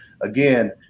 again